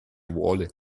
vuole